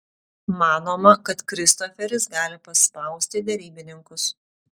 manoma kad kristoferis gali paspausti derybininkus